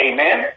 Amen